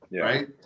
Right